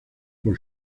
por